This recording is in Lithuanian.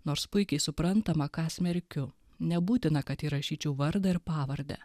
nors puikiai suprantama ką smerkiu nebūtina kad įrašyčiau vardą ir pavardę